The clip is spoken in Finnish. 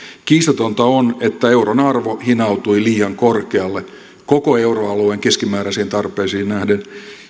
kiistatonta on että euron arvo hinautui liian korkealle koko euroalueen keskimääräisiin tarpeisiin nähden